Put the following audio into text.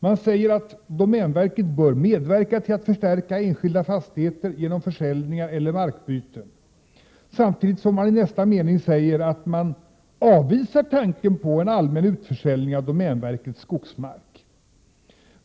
Man säger att ”domänverket bör medverka till att förstärka enskilda fastigheter genom försäljningar eller markbyten”, samtidigt som man i nästa mening säger att man ”avvisar tanken på en allmän utförsäljning av domänverkets skogsmark”.